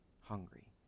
hungry